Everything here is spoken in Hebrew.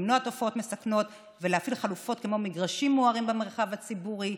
למנוע תופעות מסכנות ולהפעיל חלופות כמו מגרשים מוארים במרחב הציבורי,